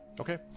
Okay